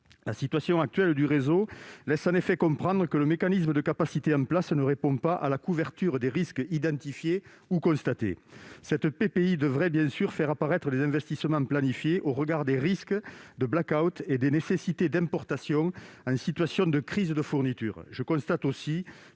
La situation actuelle du réseau donne à comprendre que le mécanisme de capacité en place ne répond pas à la couverture des risques identifiés ou constatés. Cette PPI devrait, bien sûr, faire apparaître les investissements planifiés au regard des risques de blackout et des nécessités d'importation en situation de crise de fourniture. Je constate,